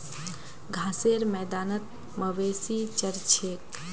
घासेर मैदानत मवेशी चर छेक